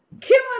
killing